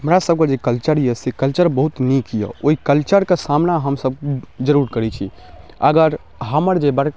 हमरा सबके जे कल्चर यऽ से कल्चर से बहुत नीक यऽ ओइ कल्चरके सामना हमसब जरूर करै छी अगर हमर जे बड़का